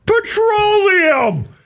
petroleum